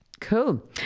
Cool